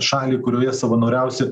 šalį kurioje savanoriausi